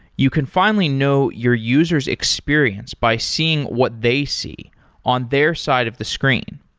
you can finally know your user s experience by seeing what they see on their side of the screen.